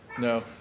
No